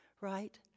right